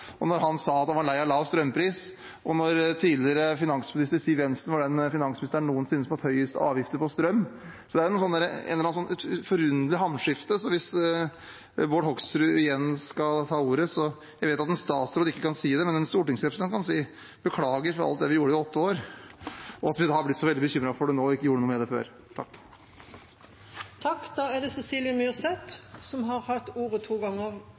lav strømpris, og da tidligere finansminister Siv Jensen var den finansministeren som har hatt høyest avgifter på strøm noensinne. Det er et eller annet forunderlig hamskifte, så hvis Bård Hoksrud skal ta ordet igjen: Jeg vet at en statsråd ikke kan si det, men en stortingsrepresentant kan si: Beklager for alt det vi gjorde i åtte år, og at vi har blitt så veldig bekymret for det nå, men ikke gjorde noe for det før. Representanten Cecilie Myrseth har hatt ordet to ganger